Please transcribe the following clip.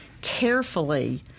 carefully